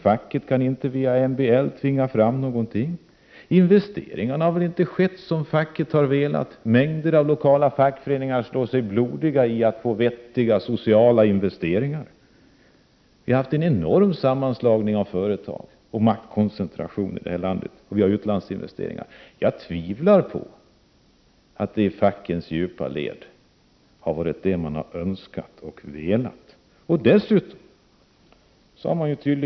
Facket kan inte tvinga fram någonting via MBL. Investeringarna har inte gjorts så som facket har velat. Mängder av lokala fackföreningar slår sig blodiga för att få till stånd vettiga sociala investeringar. Det har skett en enorm sammanslagning av företag och en maktkoncentration i detta land, och det har gjorts utlandsinvesteringar. Jag tvivlar på att det är detta som man har önskat och velat i fackens djupa led.